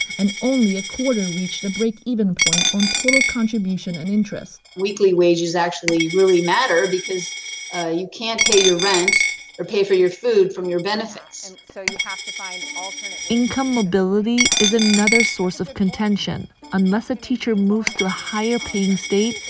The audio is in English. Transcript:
and only a quarter reached a break. even point on total contribution and interest. weekly wages actually really matter because you can't pay your rent or pay for your food from your benefits. and so you have to find alternate. income mobility is another source of contention. unless a teacher moves to a higher paying state,